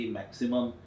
maximum